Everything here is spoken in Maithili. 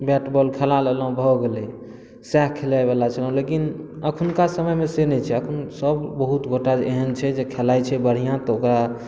बैट बौल खेला लेलहुँ भऽ गेलै सहए खेलाइ बला छलहुँ लेकिन अखुनका समयमे से नहि छै अखुनका सभ बहुत गोटा एहन छै जे खेलाइत छै बढ़िआँ तऽ ओकरा